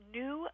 new